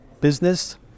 business